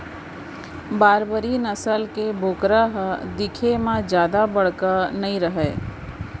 बारबरी नसल के बोकरा ह दिखे म जादा बड़का नइ रहय